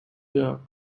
york